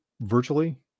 virtually